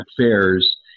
Affairs